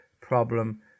problem